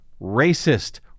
racist